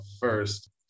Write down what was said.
first